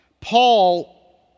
Paul